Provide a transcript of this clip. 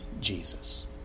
Jesus